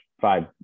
five